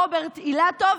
רוברט אילטוב,